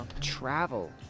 Travel